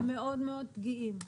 הם מאוד מאוד פגיעים.